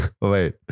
Wait